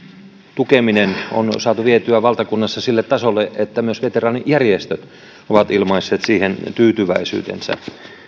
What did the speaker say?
tukeminen on on saatu vietyä valtakunnassa sille tasolle että myös veteraanijärjestöt ovat ilmaisseet siihen tyytyväisyytensä